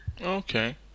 Okay